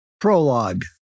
Prologue